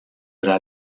era